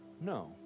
no